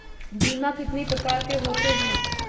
बीमा कितनी प्रकार के होते हैं?